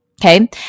okay